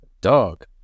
dog